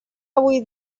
avui